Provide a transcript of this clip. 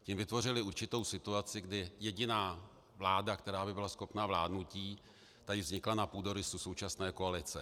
Tím vytvořili určitou situaci, kdy jediná vláda, která by byla schopná vládnutí, tady vznikla na půdorysu současné koalice.